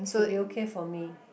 should be okay for me